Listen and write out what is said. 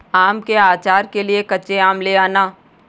आम के आचार के लिए कच्चे आम ले आना